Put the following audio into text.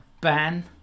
ban